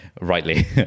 rightly